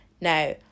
Now